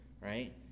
right